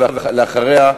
ואחריה,